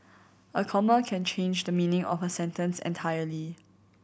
a comma can change the meaning of a sentence entirely